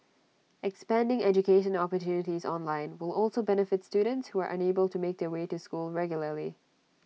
expanding education opportunities online will also benefit students who are unable to make their way to school regularly